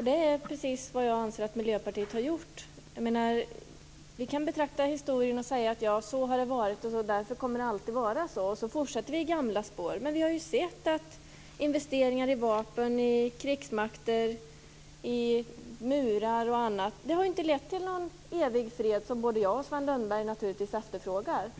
Det är precis vad jag anser att Miljöpartiet har gjort. Man kan betrakta historien och säga: Så har det varit, och därför kommer det alltid att vara så. Och så fortsätter man i gamla spår. Men vi har ju sett att investeringar i vapen, i krigsmakter, i murar och annat inte har lett till någon evig fred, något som både jag och Sven Lundberg naturligtvis efterfrågar.